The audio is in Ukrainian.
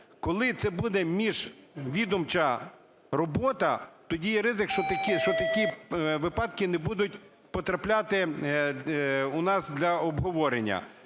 Коли це буде міжвідомча робота, тоді є ризик, що такі випадки не будуть потрапляти у нас для обговорення.